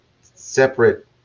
separate